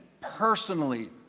personally